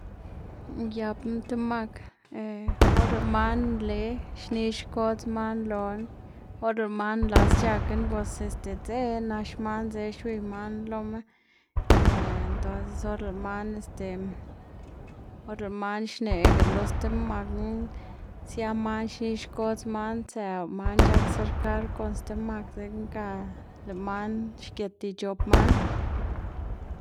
uyapná ti mak or lëꞌ man nle xni xkodz man loná, or lëꞌ man nlas c̲h̲akna pues este dzeꞌ nax man dzeꞌ xwiy man loma entonces or lëꞌ man este or lëꞌ man xneꞌga lo sti magna sia man xni xkodz man tsëw lëꞌ man c̲h̲ak serkar kon stib mak dzekna ga lëꞌ man xgit ic̲h̲op man.